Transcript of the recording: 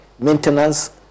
maintenance